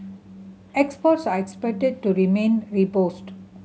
exports are expected to remain robust